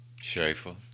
Schaefer